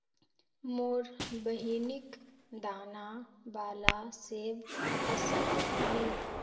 मोर बहिनिक दाना बाला सेब पसंद नी